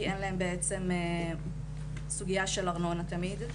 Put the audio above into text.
כי אין בעצם את הסוגייה של הארנונה תמיד.